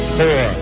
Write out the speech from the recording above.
four